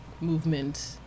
movement